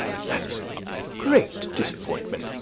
that is a great disappointment.